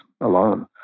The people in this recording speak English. alone